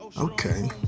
Okay